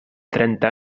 trenta